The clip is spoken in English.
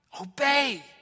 Obey